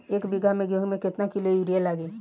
एक बीगहा गेहूं में केतना किलो युरिया लागी?